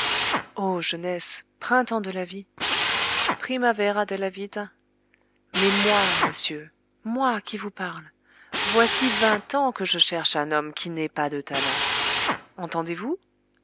ô jeunesse printemps de la vie primavera della vita mais moi monsieur moi qui vous parle voici vingt ans que je cherche un homme qui n'ait pas de talent entendez-vous